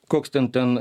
koks ten ten